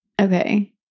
Okay